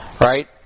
Right